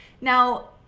now